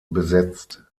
besetzt